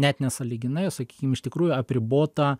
net ne sąlyginai o sakykim iš tikrųjų apribota